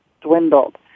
dwindled